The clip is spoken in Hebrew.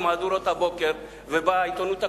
במהדורות הבוקר ובעיתונות הכתובה,